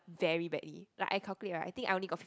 very badly like I calculate right I think I only got f~